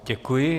Děkuji.